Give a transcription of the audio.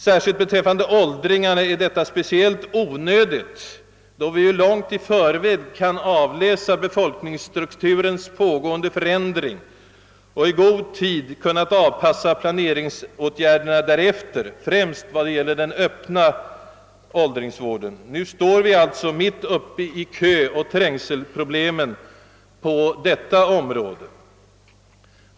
Särskilt beträffande åldringarna är detta onödigt, eftersom vi ju långt i förväg kunnat avläsa befolkningsstrukturens pågående förändring och i god tid avpassa planeringsåtgärderna därefter, främst i vad gäller öppen åldringsvård. Nu står vi alltså mitt uppe i köoch trängselproblemen på åldringsvårdens område.